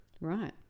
right